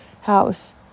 house